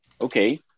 okay